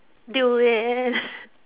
durian